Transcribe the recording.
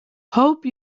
hope